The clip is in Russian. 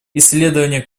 исследование